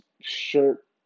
shirt